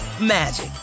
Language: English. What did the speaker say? magic